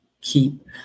Keep